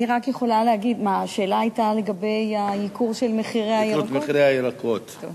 השאלה היתה לגבי הייקור של מחירי הירקות?